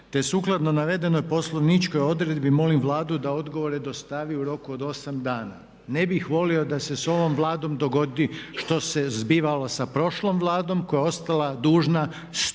te sukladno navedenoj poslovničkoj odredbi molim Vladu da odgovore dostavi u roku od 8 dana. Ne bih volio da se s ovom Vladom dogodi što se zbivalo sa prošlom Vladom koja je ostala dužna stotinu